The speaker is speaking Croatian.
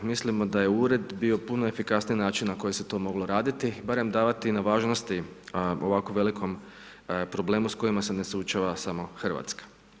Mislimo daj e ured bio puno efikasniji način na koji se to moglo raditi, barem davati na važnosti ovako velikom problemu s kojima se ne suočava samo Hrvatska.